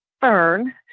Fern